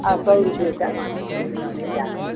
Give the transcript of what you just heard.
और सौ रुपये तक उतरे से क्या होगा